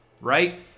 Right